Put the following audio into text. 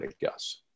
guess